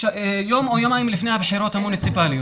יום או יומיים לפני הבחירות המוניציפאליות.